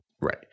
Right